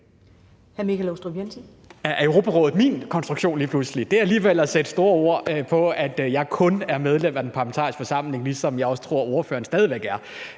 Er Europarådet min konstruktion lige pludselig? Det er alligevel at sætte store ord på, at jeg kun er medlem af den parlamentariske forsamling, ligesom jeg også tror at ordføreren stadig væk er.